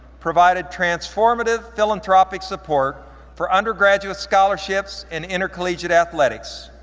provided transformative philanthropic support for undergraduate scholarships and intercollegiate athletics,